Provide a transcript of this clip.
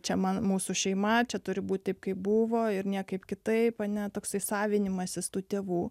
čia man mūsų šeima čia turi būti kaip buvo ir niekaip kitaip ne toksai savinimasis tų tėvų